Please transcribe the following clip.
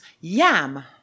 Yam